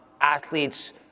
athletes